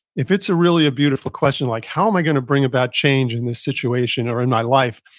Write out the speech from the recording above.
if it's ah really a beautiful question like, how am i going to bring about change in this situation or in my life,